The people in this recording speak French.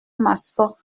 massot